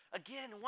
again